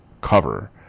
cover